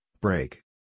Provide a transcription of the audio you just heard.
break